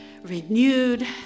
renewed